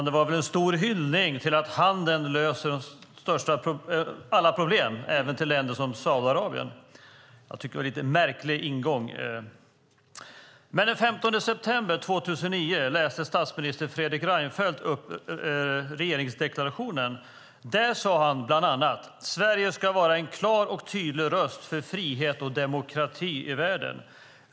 Det var en stor hyllning till att handeln löser alla problem, även i fråga om länder som Saudiarabien. Det är en lite märklig ingång. Den 15 september 2009 läste statsminister Fredrik Reinfeldt upp regeringsförklaringen. Där sade han bland annat: Sverige ska vara en klar och tydlig röst för frihet och demokrati i världen.